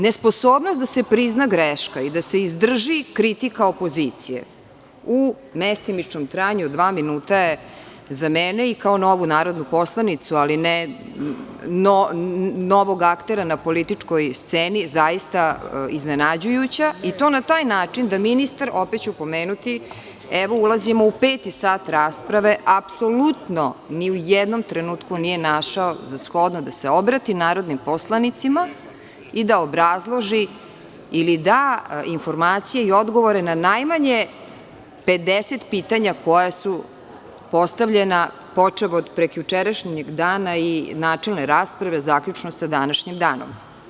Nesposobnost da se prizna greška i da se izdrži kritika opozicije u mestimičnom trajanju od dva minuta je za mene i kao novu narodnu poslanicu, ali ne novog aktera na političkoj sceni, zaista iznenađujuća, i to na taj način da ministar, opet ću pomenuti, evo, ulazimo u peti sat rasprave, apsolutno ni u jednom trenutku nije našao za shodno da se obrati narodnim poslanicima i da obrazloži ili da informacije i odgovore na najmanje 50 pitanja koja su postavljena, počev od prekjučerašnjeg dana i načelne rasprave zaključno sa današnjim danom.